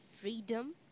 freedom